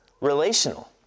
relational